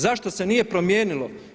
Zašto se nije promijenilo?